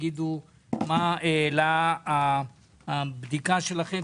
תגידו מה העלתה הבדיקה שלכם,